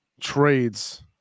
trades